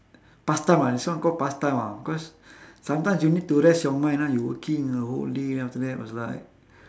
past time ah this one call past time ah cause sometimes you need to rest your mind ah you working the whole day then after that was like